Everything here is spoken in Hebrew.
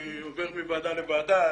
אני עובר מוועדה לוועדה.